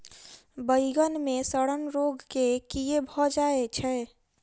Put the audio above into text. बइगन मे सड़न रोग केँ कीए भऽ जाय छै?